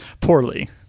Poorly